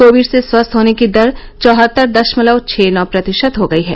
Covid से स्वस्थ होने की दर चौहत्तर दशमलव छह नौ प्रतिशत हो गई है